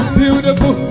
beautiful